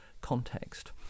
context